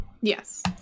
Yes